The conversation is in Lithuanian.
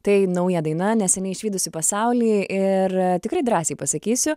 tai nauja daina neseniai išvydusi pasaulį ir tikrai drąsiai pasakysiu